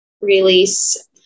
release